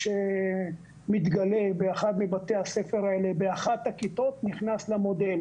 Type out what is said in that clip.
באחת הכיתות, נכנס למודל.